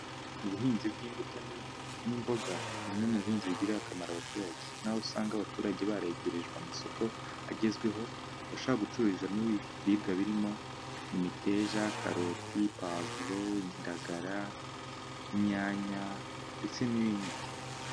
Ubuhinzi bw'imbuto n'imboga ni bumwe mu buhinzi bugirira akamaro abaturage, nkaho usanga abaturage baregerejwe amasoko agezweho, bashaka gucururizamo ibi ibiribwa birimo:imiteja, karoti, pavuro indagara, inyanya ndetse n'ibindi.